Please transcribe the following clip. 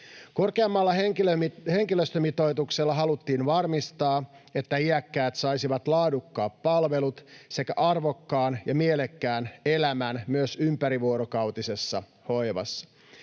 Korkeammalla henkilöstömitoituksella haluttiin varmistaa, että iäkkäät saisivat laadukkaat palvelut sekä arvokkaan ja mielekkään elämän myös ympärivuorokautisessa hoivassa.